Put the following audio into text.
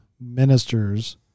ministers